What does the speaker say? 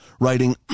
writing